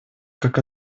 как